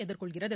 எதிர்கொள்கிறது